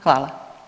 Hvala.